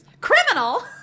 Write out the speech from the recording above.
Criminal